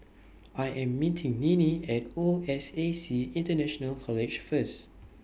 I Am meeting Ninnie At O S A C International College First